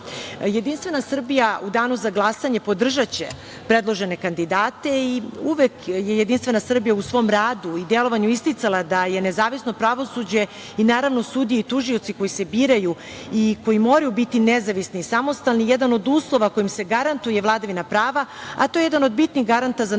način. Jedinstvena Srbija u danu za glasanje podržaće predložene kandidate. Uvek je Jedinstvena Srbija u svom radu i delovanju isticala da je nezavisno pravosuđe i naravno sudije i tužioci koji se biraju i koji moraju biti nezavisni i samostalni jedan od uslova kojim se garantuje vladavina prava, a to je jedan od bitnih garanta za normalan